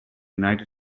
united